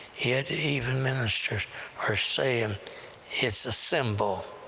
yet even ministers are saying it's a symbol.